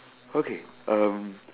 okay um